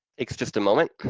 takes just a moment.